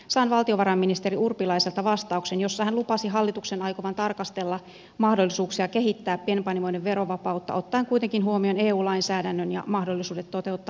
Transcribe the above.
sain valtiovarainministeri urpilaiselta vastauksen jossa hän lupasi hallituksen aikovan tarkastella mahdollisuuksia kehittää pienpanimoiden verovapautta ottaen kuitenkin huomioon eu lainsäädännön ja mahdollisuudet toteuttaa alkoholipolitiikkaa